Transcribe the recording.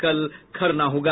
कल खरना होगा